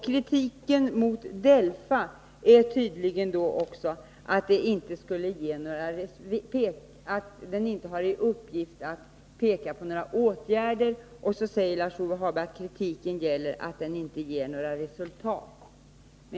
Kritiken mot DELFA går tydligen ut på att denna utredning inte har i uppgift att peka på några åtgärder. Och så säger Lars-Ove Hagberg att kritiken gäller att utredningen inte ger några resultat.